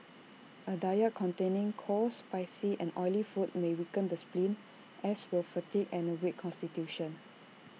A diet containing cold spicy and oily food may weaken the spleen as will fatigue and A weak Constitution